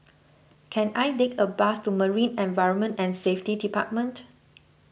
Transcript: can I take a bus to Marine Environment and Safety Department